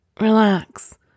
Relax